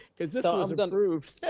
cause this um was and approved.